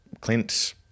clint